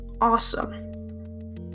awesome